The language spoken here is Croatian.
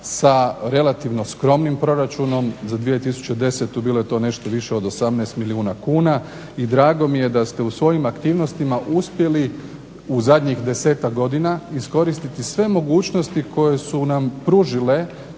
sa relativno skromnim proračunom, za 2010. bilo je to nešto više od 18 milijuna kuna. I drago mi je da ste u svojim aktivnostima uspjeli u zadnjih 10-tak godina iskoristiti sve mogućnosti koje su nam pružili